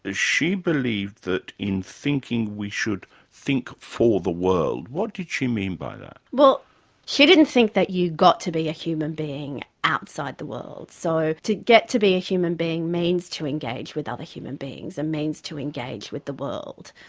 ah she believed that in thinking we should think for the world. what did she mean by that? well she didn't think that you got to be a human being outside the world. so to get to be a human being means to engage with other human beings. it means to engage with the world.